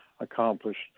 accomplished